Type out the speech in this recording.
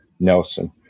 Nelson